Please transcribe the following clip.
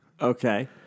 okay